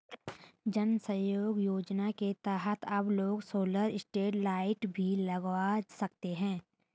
जन सहयोग योजना के तहत अब लोग सोलर स्ट्रीट लाइट भी लगवा सकते हैं